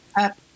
up